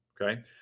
okay